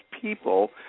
people